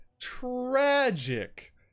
TRAGIC